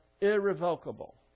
irrevocable